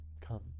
Come